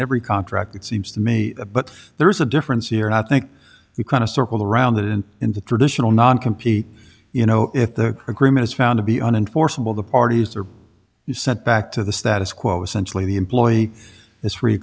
every contract it seems to me but there is a difference here and i think the kind of circled around that and in the traditional non compete you know if the agreement is found to be unenforceable the parties are you sent back to the status quo essentially the employee is free